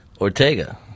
Ortega